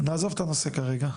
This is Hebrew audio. נעזוב את הנושא כרגע,